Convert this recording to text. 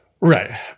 Right